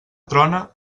trona